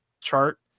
chart